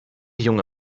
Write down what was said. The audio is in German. junge